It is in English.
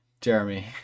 jeremy